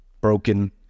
broken